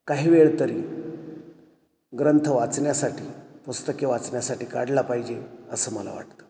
काही वेळ तरी ग्रंथ वाचण्यासाठी पुस्तके वाचण्यासाठी काढला पाहिजे असं मला वाटतं